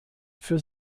für